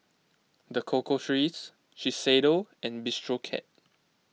the Cocoa Trees Shiseido and Bistro Cat